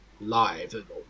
live